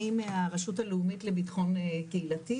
אני מהרשות הלאומית לביטחון קהילתי